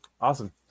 Awesome